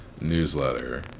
newsletter